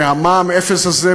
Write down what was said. והמע"מ אפס הזה,